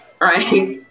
right